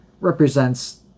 represents